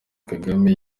kagame